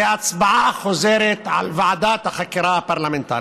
הצבעה חוזרת על ועדת חקירה פרלמנטרית.